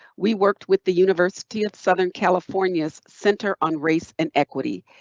we worked with the university of southern california's center on race and equity.